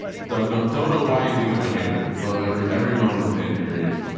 don't know. don't know why you think i'm a hater love every, every moment with andy reed,